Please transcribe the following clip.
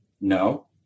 no